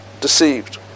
deceived